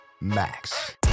Max